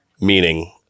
meaning